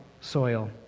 soil